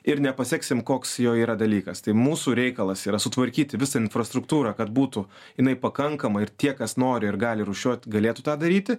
ir nepaseksim koks jo yra dalykas tai mūsų reikalas yra sutvarkyti visą infrastruktūrą kad būtų jinai pakankamai ir tie kas nori ir gali rūšiuoti galėtų tą daryti